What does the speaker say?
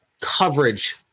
coverage